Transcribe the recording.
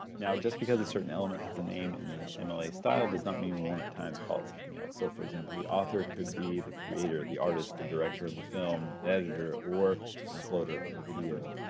now, just because a certain element has a name in the and mla style does not mean we won't at times call it something else. so, for example, the author could be the creator the artist the director of the film, editor, or an uploader of a video.